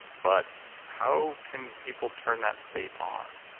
but how can people turn that state on?